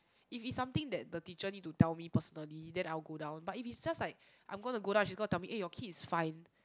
if is something that the teacher need to tell me personally then I will go down but if it's just like I am going to go down and she's going to tell me eh your kid is fine